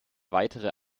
weitere